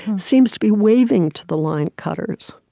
seems to be waving to the line cutters.